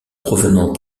provenant